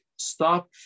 stop